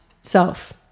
self